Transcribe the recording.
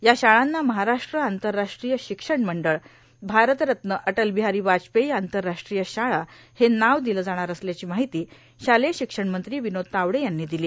या शाळांना महाराष्ट्र आंतरराष्ट्रीय शिक्षण मंडळ भारतरत्न अटलबिहारी वाजपेयी आंतरराष्ट्रीय शाळा हे नाव दिलं जाणार असल्याची माहिती शालेय शिक्षणमंत्री विनोद तावडे यांनी दिली